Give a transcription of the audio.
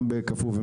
גם בקפוא.